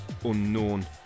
unknown